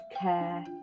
care